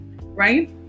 Right